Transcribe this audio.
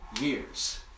years